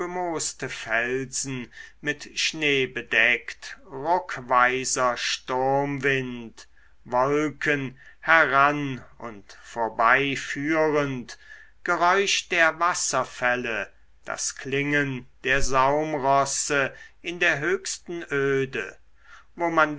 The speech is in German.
felsen mit schnee bedeckt ruckweiser sturmwind wolken heran und vorbeiführend geräusch der wasserfälle das klingeln der saumrosse in der höchsten öde wo man